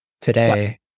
today